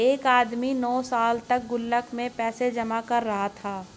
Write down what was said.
एक आदमी नौं सालों तक गुल्लक में पैसे जमा कर रहा था